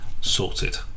Sorted